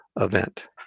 event